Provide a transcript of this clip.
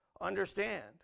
understand